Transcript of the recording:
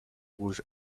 was